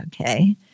Okay